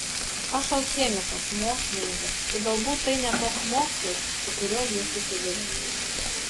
aš alchemikas mokslininkas tik galbūt tai ne toks mokslas su kuriuo jūs susiduriate